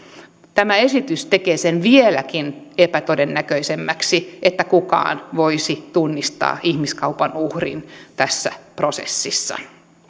tämä esitys tekee sen vieläkin epätodennäköisemmäksi että kukaan voisi tunnistaa ihmiskaupan uhrin tässä prosessissa